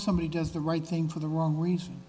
somebody does the right thing for the wrong reason